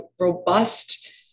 robust